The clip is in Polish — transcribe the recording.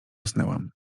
usnęłam